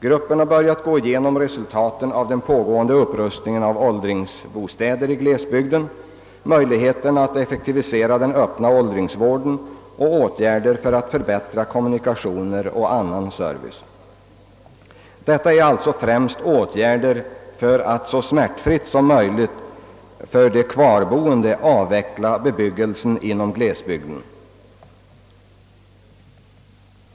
Gruppen har börjat gå igenom resultaten av den pågående upprustningen av åldringsbostäder i glesbygden, möjligheterna att effektivisera den öppna åldringsvården och åtgärder för att förbättra kommunikationer och annan service. Det gäller alltså främst åtgärder för att så smärtfritt som möjligt för de kvarboende avveckla bebyggelsen inom glesbygden.